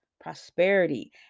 prosperity